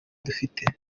dufite